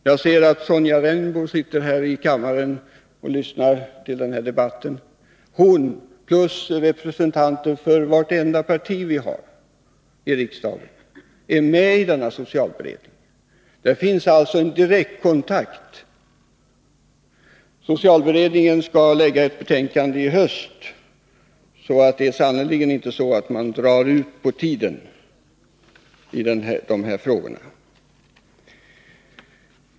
Jag ser att Sonja Rembo sitter här i kammaren och lyssnar till debatten. Hon plus representanter för vartenda parti i riksdagen är med i socialberedningen. Det finns alltså en direktkontakt. Socialberedningen skall framlägga ett betänkande till hösten. Man drar sannerligen inte ut på tiden i dessa frågor.